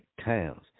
towns